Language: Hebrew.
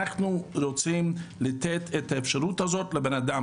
אנחנו רוצים לתת את האפשרות הזאת לבן אדם,